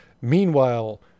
Meanwhile